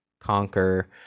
Conquer